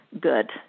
good